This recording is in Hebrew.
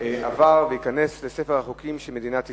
עבר וייכנס לספר החוקים של מדינת ישראל.